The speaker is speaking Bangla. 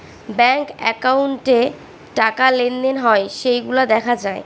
ব্যাঙ্ক একাউন্টে টাকা লেনদেন হয় সেইগুলা দেখা যায়